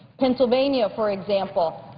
pennsylvania, for example,